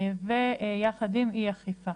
ויחד עם אי אכיפה.